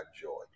joy